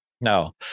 No